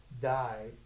die